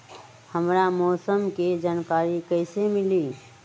हमरा मौसम के जानकारी कैसी मिली?